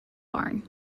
barn